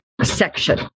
section